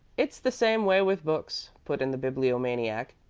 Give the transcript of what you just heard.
it's the same way with books, put in the bibliomaniac,